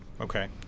Okay